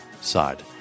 side